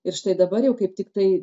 ir štai dabar jau kaip tiktai